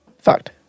fucked